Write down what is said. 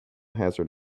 hazard